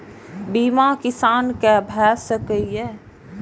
बीमा किसान कै भ सके ये?